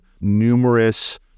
numerous